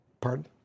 Pardon